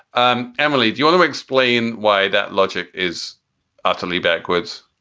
um emily, do you want to explain why that logic is utterly backwards?